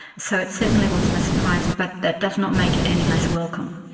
so it certainly wasn't a surprise, but that does not make it any less welcome.